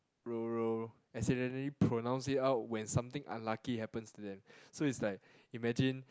accidentally pronounce it out when something unlucky happens to them so it's like imagine